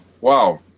Wow